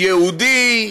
יהודי,